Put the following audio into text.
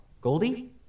Goldie